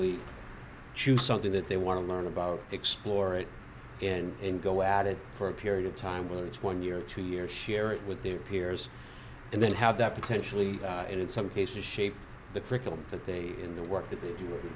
we choose something that they want to learn about explore it and go at it for a period of time which one year to year share it with their peers and then how that potentially in some cases shaped the curriculum that they in the work that they do